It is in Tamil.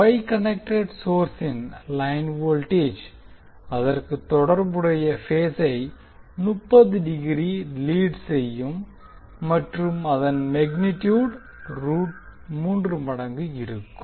வொய் கனெக்டெட் சோர்ஸின் லைன் வோல்டேஜ் அதற்கு தொடர்புடைய பேசை 30 டிகிரி லீட் செய்யும் மற்றும் அதன் மெக்னிடியுட் ரூட் 3 மடங்கு இருக்கும்